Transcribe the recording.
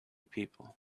people